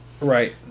Right